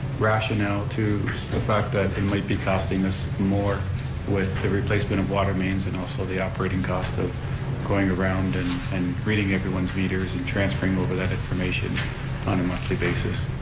rationale to the fact that it might be costing us more with the replacement of water mains and also the operating cost of going around and and grading everyone's meters and transferring over that information on a monthly basis?